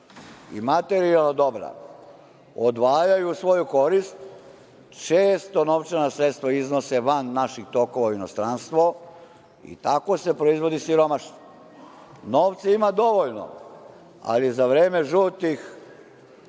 i materijalna dobra odvajaju u svoju korist, često novčana sredstva iznose van naših tokova u inostranstvo i tako se proizvodi siromaštvo. Novca ima dovoljno, ali za vreme žutih